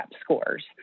scores